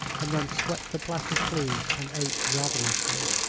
and then swept the platters clean and ate ravenously.